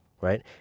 right